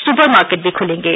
super market भी खुलेंगे